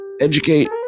Educate